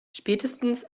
spätestens